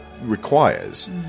requires